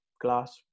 glass